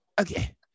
Okay